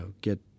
get